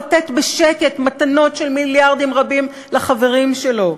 נוח לו לתת בשקט מתנות של מיליארדים רבים לחברים שלו.